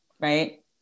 Right